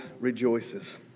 rejoices